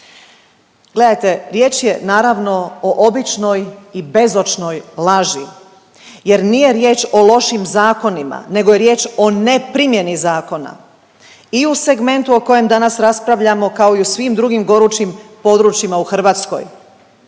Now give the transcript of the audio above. Gledajte, riječ je naravno o običnoj i bezočnoj laži jer nije riječ o lošim zakonima nego je riječ o ne primjeni zakona i u segmentu o kojem danas raspravljamo kao i u svim drugim gorućim područjima i Hrvatskoj.